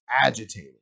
agitated